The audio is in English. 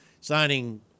signing